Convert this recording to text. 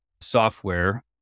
software